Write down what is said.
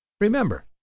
Remember